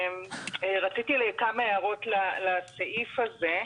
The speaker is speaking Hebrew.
רציתי להעיר כמה הערות על הסעיף הזה.